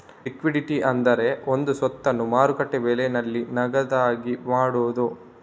liquidity ಅಂದ್ರೆ ಒಂದು ಸ್ವತ್ತನ್ನ ಮಾರುಕಟ್ಟೆ ಬೆಲೆನಲ್ಲಿ ನಗದಾಗಿ ಮಾಡುದು